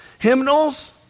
Hymnals